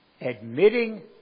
admitting